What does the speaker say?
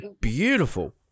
beautiful